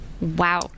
Wow